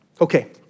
Okay